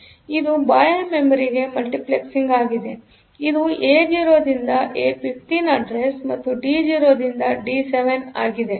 ಆದ್ದರಿಂದ ಇದು ಬಾಹ್ಯ ಮೆಮೊರಿಗೆ ಮಲ್ಟಿಪ್ಲೆಕ್ಸಿಂಗ್ ಆಗಿದೆ ಇದು ಏ0 ರಿಂದ ಏ15 ಅಡ್ರೆಸ್ ಮತ್ತುಡಿ 0 ರಿಂದ ಡಿ 7 ಆಗಿದೆ